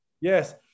Yes